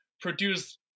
produce